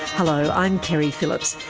hello, i'm keri phillips.